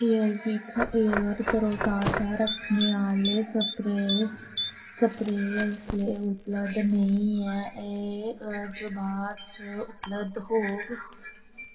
Airwick air तरोताजा रक्खने आह्ले स्प्रे स्प्रे इसलै उपलब्ध नेईं ऐ एह् अज्ज बाद च उपलब्ध होग